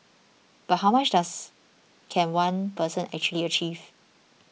but how much does can one person actually achieve